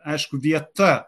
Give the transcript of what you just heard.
aišku vieta